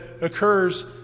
occurs